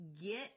Get